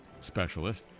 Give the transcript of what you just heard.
specialist